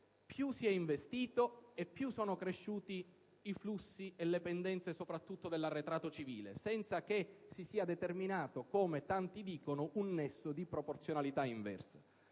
più si è investito e più sono cresciuti i flussi e le pendenze, soprattutto dell'arretrato civile, senza che si sia determinato - come tanti dicono - un nesso di proporzionalità inversa.